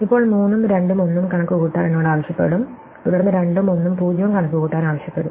ഇപ്പോൾ 3 ഉം 2 ഉം 1 ഉം കണക്കുകൂട്ടാൻ എന്നോട് ആവശ്യപ്പെടും തുടർന്ന് 2 ഉം 1 ഉം 0 ഉം കണക്കുകൂട്ടാൻ ആവശ്യപ്പെടും